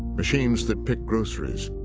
machines that pick groceries,